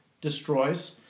destroys